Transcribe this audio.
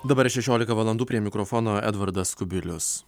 dabar šešiolika valandų prie mikrofono edvardas kubilius